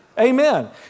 Amen